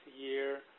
year